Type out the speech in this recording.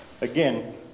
again